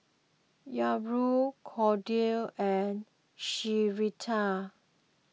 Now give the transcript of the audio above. Hyrum Cordie and Sherita